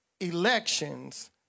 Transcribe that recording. elections